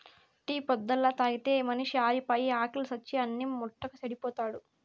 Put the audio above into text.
tea పొద్దల్లా తాగితే మనిషి ఆరిపాయి, ఆకిలి సచ్చి అన్నిం ముట్టక చెడిపోతాడు